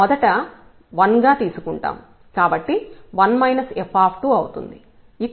కాబట్టి 1 f అవుతుంది